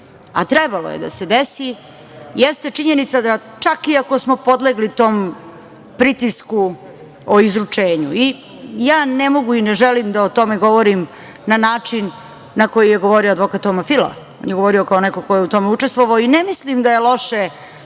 a trebalo je da se desi, jeste činjenica da čak i ako smo podlegli tom pritisku o izručenju, ja ne mogu i ne želim da o tome govorim na način na koji je govorio advokat Toma Fila, on je govorio kao neko ko je u tome učestvovao i ne mislim da je loše